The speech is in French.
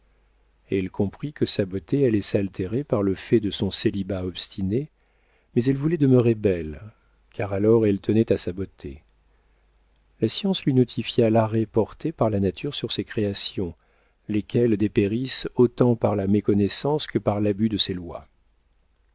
elle comprit que sa beauté allait s'altérer par le fait de son célibat obstiné mais elle voulait demeurer belle car alors elle tenait à sa beauté la science lui notifia l'arrêt porté par la nature sur ses créations lesquelles dépérissent autant par la méconnaissance que par l'abus de ses lois